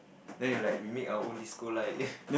then we like we make our own disco light